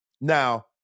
Now